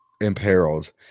Imperiled